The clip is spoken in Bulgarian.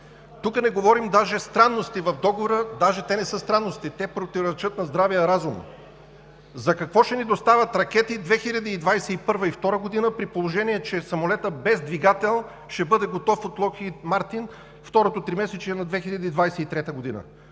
Тук не говорим даже за странности в договора, даже те не са странности, те противоречат на здравия разум. За какво ще ни доставят ракети 2021 – 2022 г., при положение че самолетът без двигател ще бъде готов от „Локхийд Мартин“ второто тримесечие на 2023 г.?